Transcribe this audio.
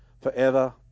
forever